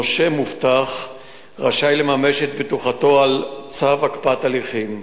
נושה מובטח רשאי לממש את בטוחתו על צו הקפאת הליכים,